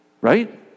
Right